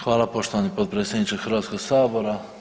Hvala poštovani potpredsjedniče Hrvatskog sabora.